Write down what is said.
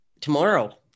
tomorrow